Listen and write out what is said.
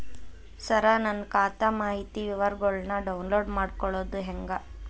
ಸರ ನನ್ನ ಖಾತಾ ಮಾಹಿತಿ ವಿವರಗೊಳ್ನ, ಡೌನ್ಲೋಡ್ ಮಾಡ್ಕೊಳೋದು ಹೆಂಗ?